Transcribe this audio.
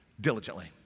diligently